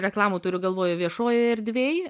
reklamų turiu galvoj viešojoj erdvėj